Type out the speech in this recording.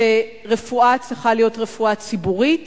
שרפואה צריכה להיות רפואה ציבורית